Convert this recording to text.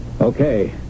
Okay